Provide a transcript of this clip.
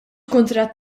kuntratt